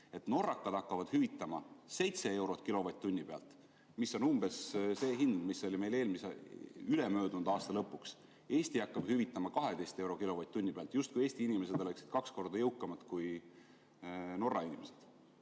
norrakad hakkavad hüvitama seitse eurot kilovatt-tunni pealt, mis on umbes see hind, mis oli meil ülemöödunud aasta lõpuks, aga Eesti hakkab hüvitama 12 eurot kilovatt-tunni pealt, justkui oleksid Eesti inimesed kaks korda jõukamad kui Norra inimesed.